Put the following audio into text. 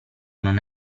non